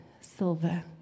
silver